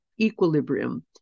equilibrium